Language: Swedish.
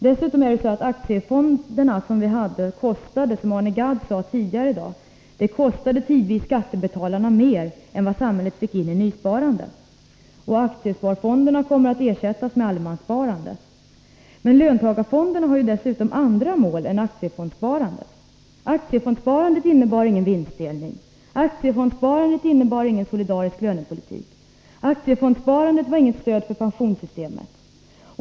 De aktiesparfonder vi hade kostade faktiskt, som Arne Gadd sade tidigare i dag, tidvis skattebetalarna mer än vad samhället fick in i nysparande. Aktiesparfonderna kommer att ersättas med allemanssparande. Löntagarfonderna har dessutom andra mål än aktiefondssparandet. Aktiefondssparandet innebar ingen solidarisk lönepolitik. Aktiefondssparandet var inget stöd för pensionssystemet.